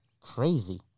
crazy